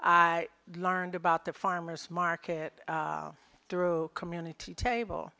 i learned about the farmer's market through community table